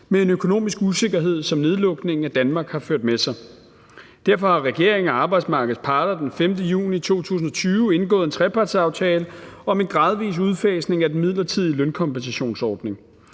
med den økonomiske usikkerhed, som nedlukningen af Danmark har ført med sig. Derfor har regeringen og arbejdsmarkedets parter den 15. juni 2020 indgået en trepartsaftale om en gradvis udfasning af den midlertidige lønkompensationsordning.